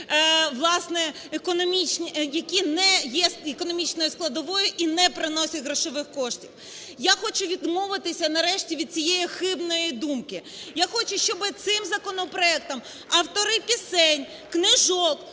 які не є економічною складовою і не приносять грошових коштів. Я хочу відмовитися нарешті від цієї хибної думки. Я хочу, щоби цим законопроектом автори пісень, книжок,